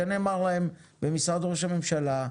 זה נאמר להם במשרד ראש הממשלה,